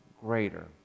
greater